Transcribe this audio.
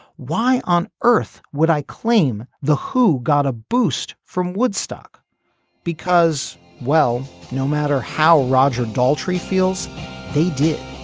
why on earth would i claim the who got a boost from woodstock because well no matter how roger daltrey feels they did.